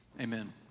Amen